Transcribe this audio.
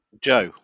Joe